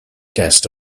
guest